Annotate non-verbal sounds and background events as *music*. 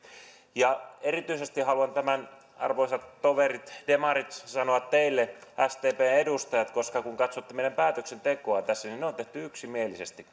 erityisesti haluan tämän arvoisat toverit demarit sanoa teille sdpn edustajille koska kun katsotte meidän päätöksentekoa tässä niin ne päätökset on tehty yksimielisesti *unintelligible*